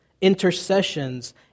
intercessions